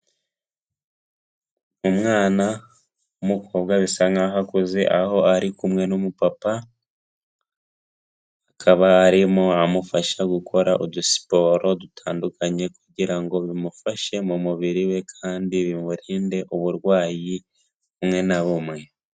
Umwana w'umukobwa bisa nkaho akuze aho ari kumwe n'umupapa akaba arimo amufasha gukora udusiporo dutandukanye kugira ngo bimufashe mu mubiri we kandi bimurinde uburwayi bumwe na bumwe.